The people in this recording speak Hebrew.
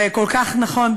זה כל כך נכון,